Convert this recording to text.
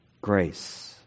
grace